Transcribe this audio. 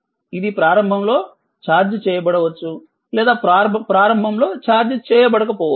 ఇది ప్రారంభంలో ఛార్జ్ చేయబడవచ్చు లేదా ప్రారంభంలో ఛార్జ్ చేయబడక పోవచ్చు